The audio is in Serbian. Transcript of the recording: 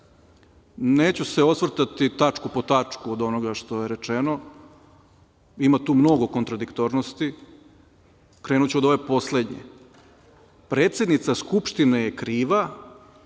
GD/JGNeću se osvrtati tačku po tačku od onoga što je rečeno. Ima tu mnogo kontradiktornost. Krenuću od ove poslednje. Predsednica Skupštine je kriva